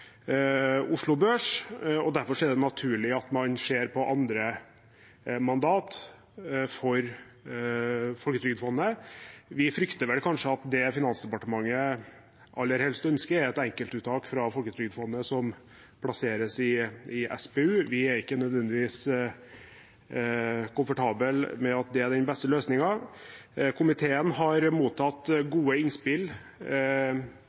Oslo Børs, og derfor er det naturlig at man ser på andre mandat for Folketrygdfondet. Vi frykter vel kanskje at det Finansdepartementet aller helst ønsker, er et enkeltuttak fra Folketrygdfondet som plasseres i SPU. Vi er ikke nødvendigvis komfortable med at det er den beste løsningen. Komiteen har mottatt